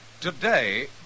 Today